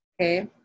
Okay